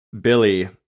Billy